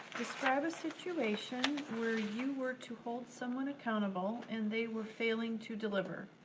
describe a situation where you were to hold someone accountable, and they were failing to deliver.